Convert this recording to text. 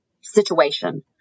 situation